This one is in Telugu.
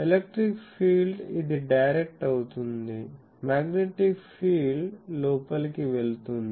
ఎలక్ట్రిక్ ఫీల్డ్ ఇది డైరెక్ట్ అవుతుంది మాగ్నెటిక్ ఫీల్డ్ లోపలికి వెళుతుంది